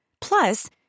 Plus